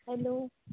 hello